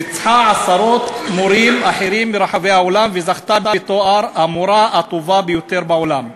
ניצחה עשרות מורים ברחבי העולם וזכתה בתואר "המורה הטובה ביותר בעולם".